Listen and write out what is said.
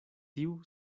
tiu